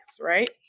Right